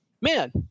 man